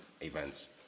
events